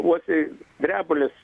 uosiai drebulės